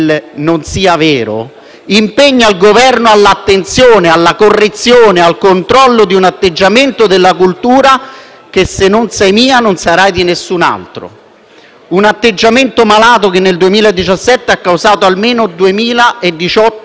alla correzione, al controllo di un atteggiamento della cultura del «se non sei mia non sarai di alcun altro». Si tratta di un atteggiamento malato che nel 2017 ha causato almeno 2.018 sentenze definitive di violenza sessuale